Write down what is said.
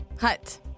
Hut